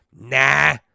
Nah